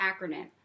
acronym